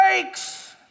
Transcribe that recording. breaks